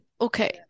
okay